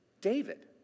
David